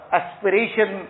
aspiration